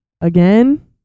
again